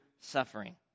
suffering